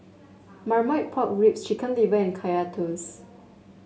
Marmite Pork Ribs Chicken Liver and Kaya Toast